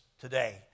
today